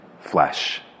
flesh